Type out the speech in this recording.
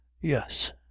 yes